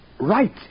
right